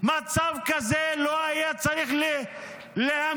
מצב כזה לא היה צריך להמשיך